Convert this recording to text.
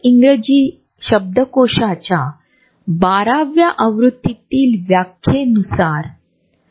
सामाजिक क्षेत्र ४ ते १२ फूट आहे हे अंतर औपचारिक सामाजिक आणि व्यवसायिक व्यवहारासाठी राखीव आहे